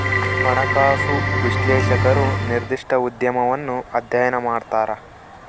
ಹಣಕಾಸು ವಿಶ್ಲೇಷಕರು ನಿರ್ದಿಷ್ಟ ಉದ್ಯಮವನ್ನು ಅಧ್ಯಯನ ಮಾಡ್ತರ